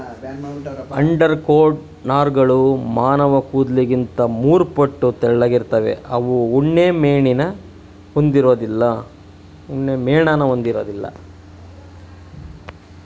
undercoat ನಾರ್ಗಳು ಮಾನವಕೂದ್ಲಿಗಿಂತ ಮೂರುಪಟ್ಟು ತೆಳ್ಳಗಿರ್ತವೆ ಅವು ಉಣ್ಣೆಮೇಣನ ಹೊಂದಿರೋದಿಲ್ಲ